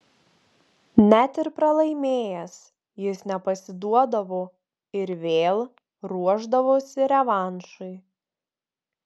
net ir pralaimėjęs jis nepasiduodavo ir vėl ruošdavosi revanšui